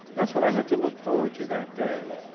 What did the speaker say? that's what i had to look forward to that day.